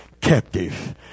captive